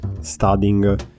studying